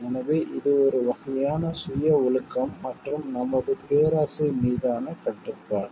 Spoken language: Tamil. எனவே இது ஒரு வகையான சுய ஒழுக்கம் மற்றும் நமது பேராசை மீதான கட்டுப்பாடு